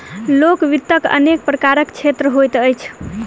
लोक वित्तक अनेक प्रकारक क्षेत्र होइत अछि